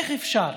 איך אפשר?